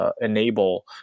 Enable